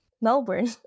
Melbourne